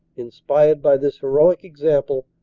inspired by this heroic example,